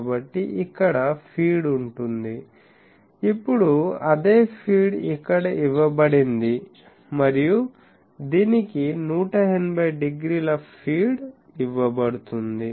కాబట్టి ఇక్కడ ఫీడ్ ఉంటుంది ఇప్పుడు అదే ఫీడ్ ఇక్కడ ఇవ్వబడింది మరియు దీనికి 180 డిగ్రీల ఫీడ్ ఇవ్వబడుతుంది